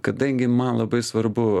kadangi man labai svarbu